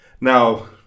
Now